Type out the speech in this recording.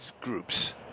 groups